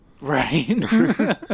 right